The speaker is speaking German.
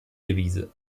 devise